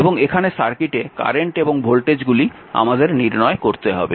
এবং এখানে সার্কিটে কারেন্ট এবং ভোল্টেজগুলি আমাদের নির্ণয় করতে হবে